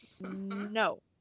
No